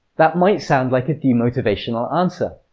that might sound like a demotivational answer!